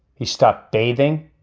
he stopped bathing.